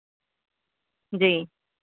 جی